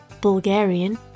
Bulgarian